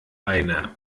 einer